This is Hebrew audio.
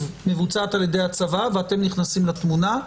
מבוצעת על ידי הצבא ואתם נכנסים לתמונה,